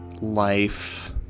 life